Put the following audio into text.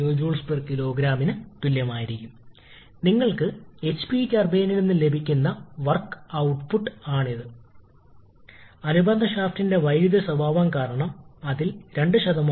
മുമ്പത്തെ സ്ലൈഡിൽ നമ്മൾ കണ്ടതുപോലെ കംപ്രസ്സറിനുള്ള വർക്ക് ഇൻപുട്ട് ആവശ്യകത പോയിന്റ് 1 മുതൽ ∫vdP ന് തുല്യമാണ് ഈ കേസിൽ സി ചൂണ്ടിക്കാണിക്കാൻ